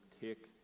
take